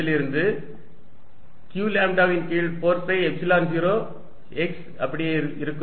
இதிலிருந்து q லாம்ப்டாவின் கீழ் 4 பை எப்சிலன் 0 x அப்படியே இருக்கும்